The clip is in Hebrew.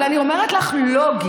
אבל אני אומרת לך לוגית,